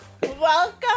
Welcome